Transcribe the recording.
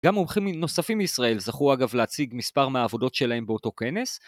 גם מומחים נוספים מישראל זכו אגב להציג מספר מהעבודות שלהם באותו כנס